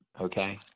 okay